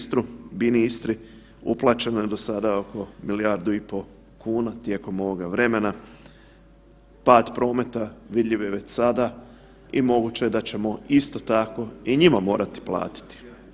Samo za Binu-Istru uplaćeno je do sada oko milijardu i pol kuna tijekom ovoga vremena, pad prometa vidljiv je već sada i moguće je da ćemo isto tako i njima morati platiti.